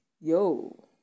yo